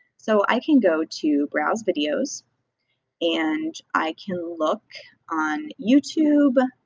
so i can go to browse videos and i can look on youtube,